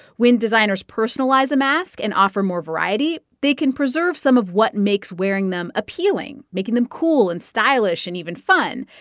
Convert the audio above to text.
when designers personalize a mask and offer more variety, they can preserve some of what makes wearing them appealing, making them cool and stylish and even fun.